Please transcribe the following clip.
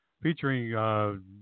featuring